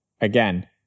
again